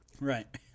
right